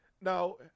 Now